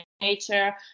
nature